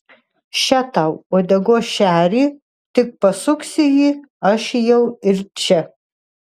še tau uodegos šerį tik pasuksi jį aš jau ir čia